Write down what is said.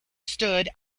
stood